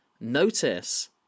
notice